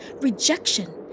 rejection